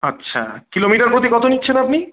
আচ্ছা কিলোমিটার প্রতি কত নিচ্ছেন আপনি